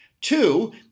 Two